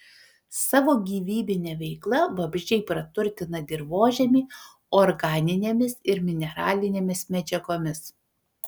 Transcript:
savo gyvybine veikla vabzdžiai praturtina dirvožemį organinėmis ir mineralinėmis medžiagomis